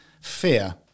fear